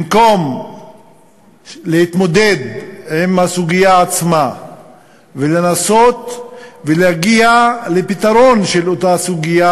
במקום להתמודד עם הסוגיה עצמה ולנסות להגיע לפתרון של אותה סוגיה,